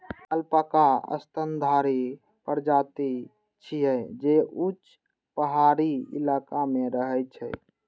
alpaca स्तनधारी प्रजाति छियै, जे ऊंच पहाड़ी इलाका मे रहै छै